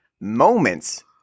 moments